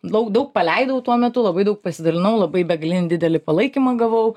daug daug paleidau tuo metu labai daug pasidalinau labai begalinį didelį palaikymą gavau